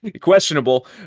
questionable